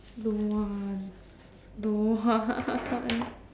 don't want don't want